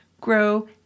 grow